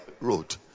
road